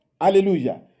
hallelujah